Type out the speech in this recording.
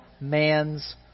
man's